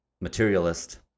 materialist